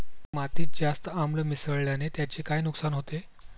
मातीत जास्त आम्ल मिसळण्याने त्याचे काय नुकसान होते?